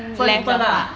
so 你笨 lah